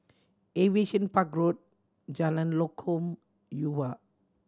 Aviation Park Road Jalan Lokam Yuhua